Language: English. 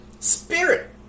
Spirit